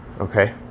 okay